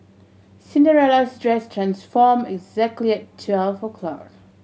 Cinderella's dress transformed exactly at twelve o'clock